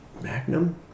magnum